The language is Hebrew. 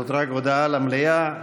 זאת רק הודעה למליאה.